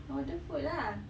order food lah